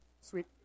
Sweet